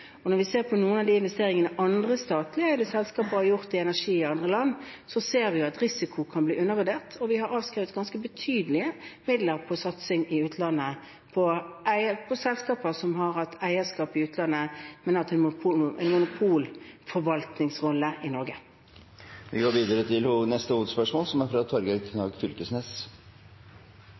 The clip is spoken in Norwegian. Når vi ser på noen av investeringene andre statlige selskaper har gjort i energi i andre land, ser vi at risikoen kan undervurderes. Vi har avskrevet ganske betydelige midler ved satsing i utlandet på selskaper som har hatt eierskap i utlandet, men hatt en monopolforvaltningsrolle i Norge. Vi går videre til neste hovedspørsmål.